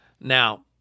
Now